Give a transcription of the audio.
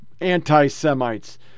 anti-Semites